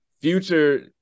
Future